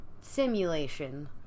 simulation